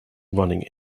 running